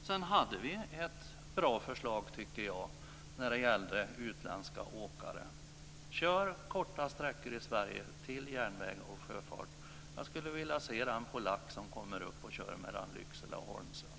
Sedan har vi ett bra förslag, tycker jag, när det gäller utländska åkare: kör korta sträckor i Sverige till järnväg och sjöfart. Jag skulle vilja se den polack som kör mellan Lycksele och Holmsund.